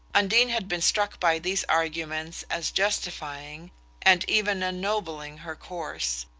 undine had been struck by these arguments as justifying and even ennobling her course,